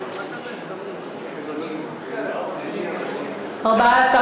לקביעת שכר ותשלומים אחרים לחברי הכנסת נתקבלה.